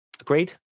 agreed